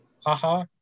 Haha